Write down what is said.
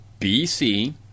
BC